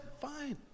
Fine